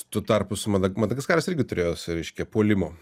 tuo tarpu su mad madagaskaras irgi turėjo su reiškia puolimo